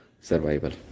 survival